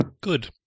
Good